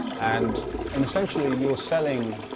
and and essentially, you're selling